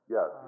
Yes